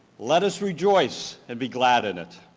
let us rejoice and be glad in it.